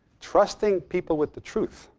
trusting people with the truth.